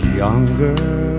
younger